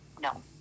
no